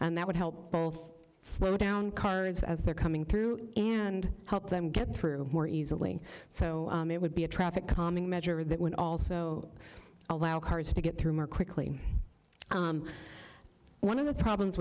and that would help slow down cards as they're coming through and help them get through more easily so it would be a traffic calming measure that would also allow cars to get through more quickly one of the problems